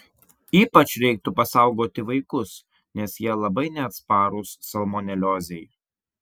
ypač reiktų pasaugoti vaikus nes jie labai neatsparūs salmoneliozei